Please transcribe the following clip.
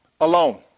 alone